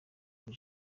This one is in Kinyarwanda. muri